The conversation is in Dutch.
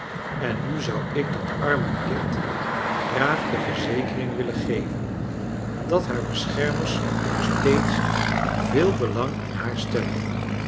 en nu zou ik dat arme kind graag de verzekering willen geven dat haar beschermers nogsteeds veel belang in haar stcllen